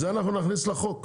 את זה נכניס לחוק,